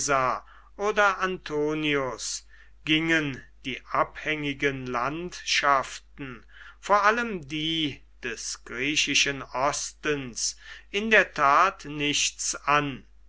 oder antonius gingen die abhängigen landschaften vor allem die des griechischen ostens in der tat nichts an